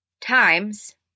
times